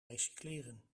recycleren